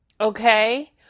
Okay